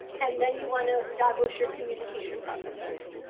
and then you want to establish your communication preferences.